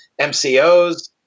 MCOs